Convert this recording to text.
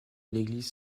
l’église